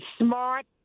smart